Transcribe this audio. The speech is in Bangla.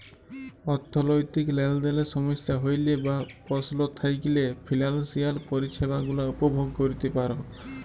অথ্থলৈতিক লেলদেলে সমস্যা হ্যইলে বা পস্ল থ্যাইকলে ফিলালসিয়াল পরিছেবা গুলা উপভগ ক্যইরতে পার